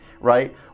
right